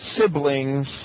siblings